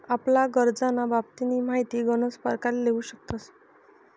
आपला करजंना बाबतनी माहिती गनच परकारे लेवू शकतस